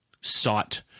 sought